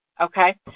okay